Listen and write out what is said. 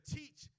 teach